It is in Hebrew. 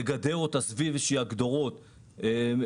לגדר אותה סביב איזשהם הגדרות כתקינה,